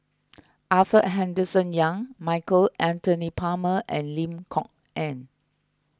Arthur Henderson Young Michael Anthony Palmer and Lim Kok Ann